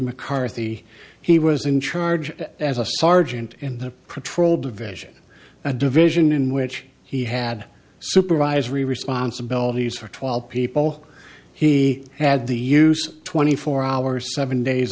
mccarthy he was in charge as a sergeant in the patrol division a division in which he had supervisory responsibilities for twelve people he had the use twenty four hours seven days